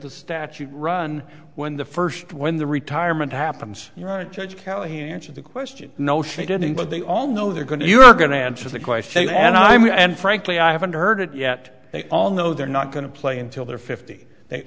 the statute run when the first when the retirement happens you're a judge callahan's of the question no she didn't but they all know they're going to you're going to answer the question and i mean and frankly i haven't heard it yet they all know they're not going to play until they're fifty they